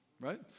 Right